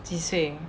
几岁